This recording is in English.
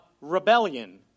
rebellion